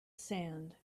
sand